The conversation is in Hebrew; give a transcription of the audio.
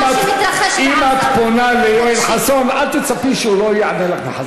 אם את פונה ליואל חסון אל תצפי שהוא לא יענה לך בחזרה.